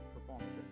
performance